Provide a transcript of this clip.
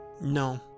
No